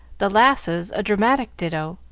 the lasses a dramatic ditto.